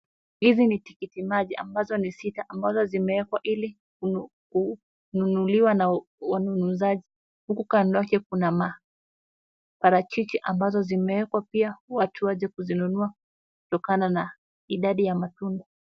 Hizi ni tikiti maji, ambazo ni sita, zimewekwa ili kununuliwa na wanunuaji, huku kando zake kuna maparachichi ambazo zimewekwa pia watu waje kuzinunua kutokana na idadi ya matunda.